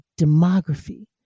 demography